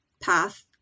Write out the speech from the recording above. path